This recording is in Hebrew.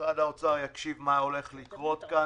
משרד האוצר יקשיב מה הולך לקרות כאן